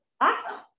Awesome